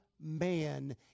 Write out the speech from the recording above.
man